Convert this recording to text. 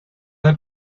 del